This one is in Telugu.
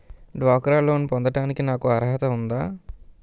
డ్వాక్రా లోన్ పొందటానికి నాకు అర్హత ఉందా?